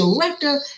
director